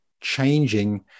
changing